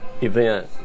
event